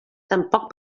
tampoc